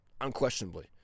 unquestionably